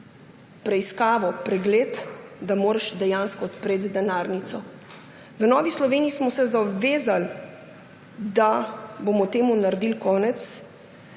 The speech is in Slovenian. preiskavo, pregled, moraš dejansko odpreti denarnico. V Novi Sloveniji smo se zavezali, da bomo temu naredili konec.